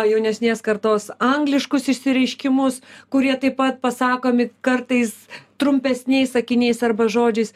jaunesnės kartos angliškus išsireiškimus kurie taip pat pasakomi kartais trumpesniais sakiniais arba žodžiais